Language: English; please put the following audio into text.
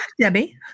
Debbie